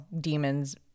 demons